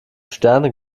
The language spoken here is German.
sterne